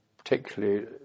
particularly